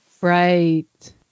right